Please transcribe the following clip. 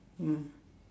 ya